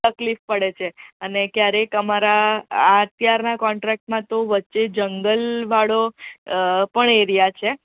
તકલીફ પડે છે અને ક્યારેક અમારા આ અત્યારના કોન્ટ્રાક્ટમાં તો વચ્ચે જંગલવાળો પણ એરીયા છે